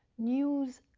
news,